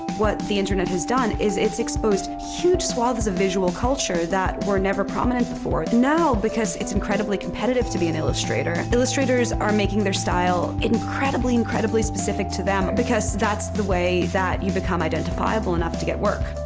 what the internet has done is it's exposed huge swaths of visual culture that were never prominent before. now, because it's incredibly competitive to be an illustrator, illustrators are making their style incredibly, incredibly specific to them because that's the way that you become identifiable enough to get work.